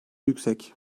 yüksek